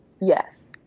yes